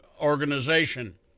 organization